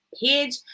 Page